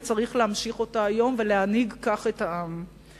וצריך להמשיך אותה היום ולהנהיג כך את העם.